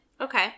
Okay